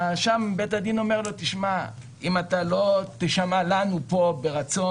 בית הדין אומר לו: אם אתה לא תשמע לנו פה ברצון,